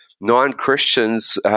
non-Christians